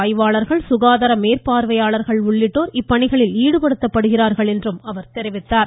ஆய்வாளர்கள் சுகாதார மேற்பார்வையாளர்கள் உள்ளிட்டோா் ககாதார இப்பணிகளில் ஈடுபடுத்தப்படுகிறார்கள் என்றும் அவர் தெரிவித்தார்